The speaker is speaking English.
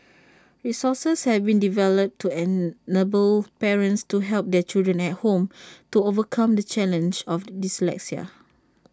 resources have been developed to enable parents to help their children at home to overcome the challenge of dyslexia